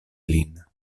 lin